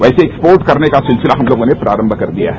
वैसे एक्सपोर्ट करने का सिलसिला हम लोगों ने प्रारंभ कर दिया है